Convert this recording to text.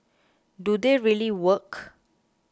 do they really work